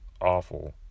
awful